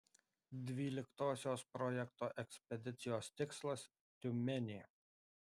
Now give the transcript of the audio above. dvyliktosios projekto ekspedicijos tikslas tiumenė